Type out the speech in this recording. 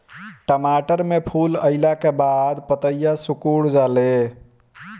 टमाटर में फूल अईला के बाद पतईया सुकुर जाले?